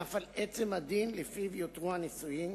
ואף על עצם הדין שלפיו יותרו הנישואין,